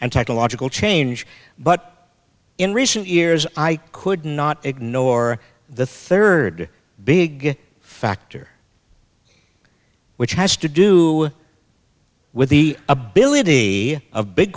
technological change but in recent years i could not ignore the third big factor which has to do with the ability of big